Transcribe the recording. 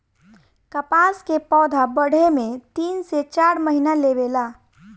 कपास के पौधा बढ़े में तीन से चार महीना लेवे ला